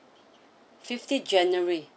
fifteen january